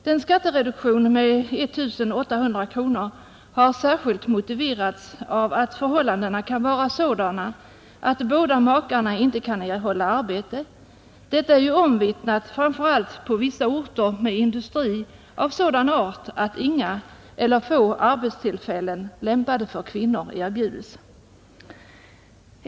Denna skattereduktion med 1 800 kronor har särskilt motiverats av att förhållandena kan vara sådana, att båda makarna inte kan erhålla arbete; detta är ju omvittnat framför allt på vissa orter med industri av sådan art att inga eller få arbetstillfällen lämpade för kvinnor erbjudes.